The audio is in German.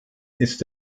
ist